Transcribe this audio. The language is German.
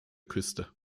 küste